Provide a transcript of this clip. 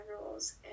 rules